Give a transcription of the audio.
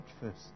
first